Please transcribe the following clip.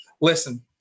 Listen